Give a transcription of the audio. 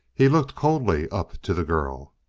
he looked coldly up to the girl.